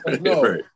No